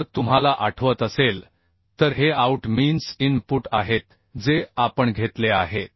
जर तुम्हाला आठवत असेल तर हे आऊट मीन्स इनपुट आहेत जे आपण घेतले आहेत